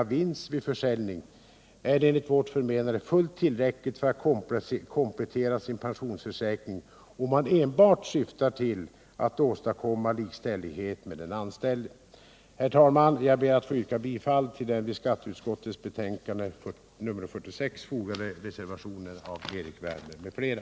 av vinst vid försäljning, är enligt vårt förmenande fullt tillräcklig för komplettering av pensionsförsäkringen, om man enbart syftar till att åstadkomma likställighet med den anställde. Herr talman! Jag ber att få yrka bifall till den vid skatteutskottets betänkande nr 46 fogade reservationen av Erik Wärnberg m.fl.